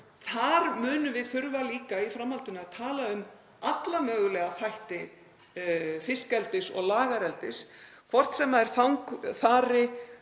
Þar munum við þurfa líka í framhaldinu að tala um alla mögulega þætti fiskeldis og lagareldis, hvort sem er þang